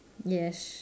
yes